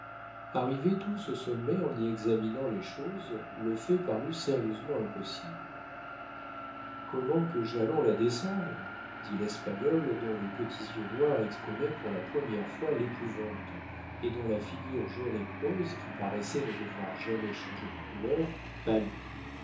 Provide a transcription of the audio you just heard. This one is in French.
arrivés tous au sommet en y examinant les choses le fait parut sérieusement impossible comment que j'allons la descendre dit l'espagnol dont les petits yeux noirs exprimaient pour la première fois l'épouvante et dont la figure jaune et creuse qui paraissait ne devoir jamais changer de couleur pâlit